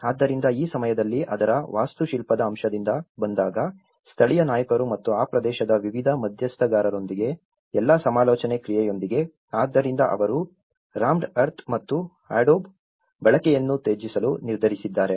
ಆದ್ದರಿಂದ ಈ ಸಮಯದಲ್ಲಿ ಅದರ ವಾಸ್ತುಶಿಲ್ಪದ ಅಂಶದಿಂದ ಬಂದಾಗ ಸ್ಥಳೀಯ ನಾಯಕರು ಮತ್ತು ಆ ಪ್ರದೇಶದ ವಿವಿಧ ಮಧ್ಯಸ್ಥಗಾರರೊಂದಿಗೆ ಎಲ್ಲಾ ಸಮಾಲೋಚನೆ ಪ್ರಕ್ರಿಯೆಯೊಂದಿಗೆ ಆದ್ದರಿಂದ ಅವರು ರಾಮ್ಡ್ ಅರ್ಥ್ ಮತ್ತು ಅಡೋಬ್ ಬಳಕೆಯನ್ನು ತ್ಯಜಿಸಲು ನಿರ್ಧರಿಸಿದ್ದಾರೆ